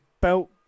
belt